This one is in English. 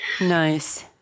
Nice